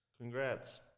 Congrats